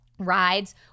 rides